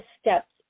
steps